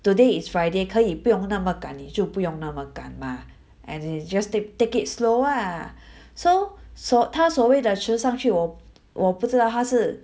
today is friday 可以不用那么赶你就不用那么赶嘛 and it's just take take it slow lah so so 她所谓的迟上去我我不知道她是